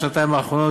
בשנתיים האחרונות,